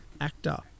actor